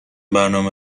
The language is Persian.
برنامه